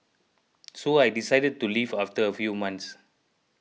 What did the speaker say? so I decided to leave after a few months